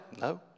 No